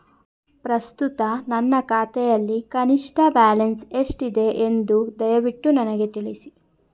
ಪ್ರಸ್ತುತ ನನ್ನ ಖಾತೆಯಲ್ಲಿ ಕನಿಷ್ಠ ಬ್ಯಾಲೆನ್ಸ್ ಎಷ್ಟಿದೆ ಎಂದು ದಯವಿಟ್ಟು ನನಗೆ ತಿಳಿಸಿ